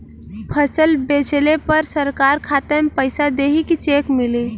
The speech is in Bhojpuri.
फसल बेंचले पर सरकार खाता में पैसा देही की चेक मिली?